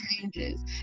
changes